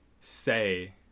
say